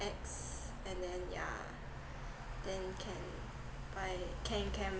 X and then yeah then can buy can can